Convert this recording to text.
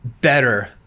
better